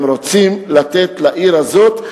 הם רוצים לתת לעיר הזאת.